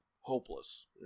hopeless